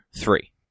three